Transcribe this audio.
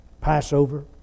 Passover